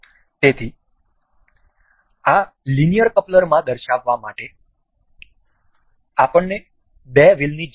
તેથી આ લિનિયર કપલરમાં દર્શાવવા માટે આપણને બે વ્હીલની જરૂર છે